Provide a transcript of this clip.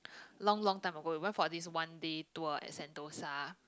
long long time ago we went for this one day tour at Sentosa